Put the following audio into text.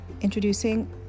Introducing